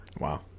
Wow